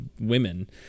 women